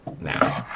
now